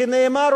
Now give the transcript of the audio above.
כי נאמר,